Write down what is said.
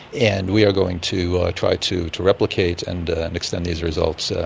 and we are going to try to to replicate and extend these results. ah